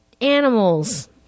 animals